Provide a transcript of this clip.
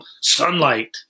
Sunlight